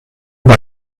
war